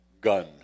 gun